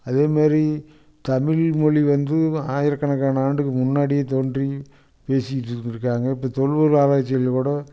அதே மாரி தமிழ்மொழி வந்து ஆயிரக்கணக்கான ஆண்டுக்கு முன்னாடியே தோன்றி பேசிகிட்டு இருந்துருக்காங்க இப்போ தொல்பொருள் ஆராய்ச்சியில் கூட